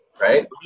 right